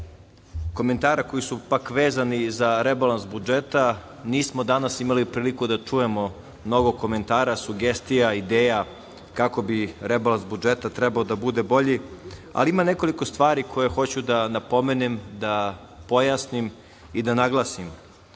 komentara koji su vezani za rebalans budžeta, nismo danas imali priliku da čujemo mnogo komentara, sugestija, ideja, kako bi rebalans budžeta trebao da bude bolji, ali ima nekoliko stvari koje hoću da napomenem i pojasnim i da naglasim,